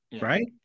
right